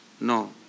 no